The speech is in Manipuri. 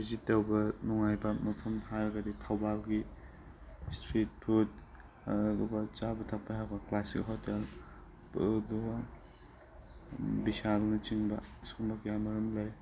ꯕꯤꯖꯤꯠ ꯇꯧꯕ ꯅꯨꯡꯉꯥꯏꯕ ꯃꯐꯝ ꯍꯥꯏꯔꯒꯗꯤ ꯊꯧꯕꯥꯜꯒꯤ ꯏꯁꯇ꯭ꯔꯤꯠ ꯐꯨꯠ ꯑꯗꯨꯒ ꯆꯥꯕ ꯊꯛꯄ ꯌꯥꯕ ꯀ꯭ꯂꯥꯁꯤꯛ ꯍꯣꯇꯦꯜ ꯑꯗꯨꯒ ꯕꯤꯁꯥꯜꯅꯆꯤꯡꯕ ꯑꯁꯤꯒꯨꯝꯕ ꯀꯌꯥ ꯃꯔꯨꯝ ꯂꯩ